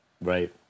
Right